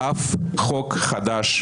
אף חוק חדש,